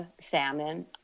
salmon